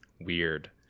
weird